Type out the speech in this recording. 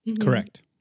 Correct